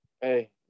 Hey